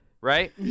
right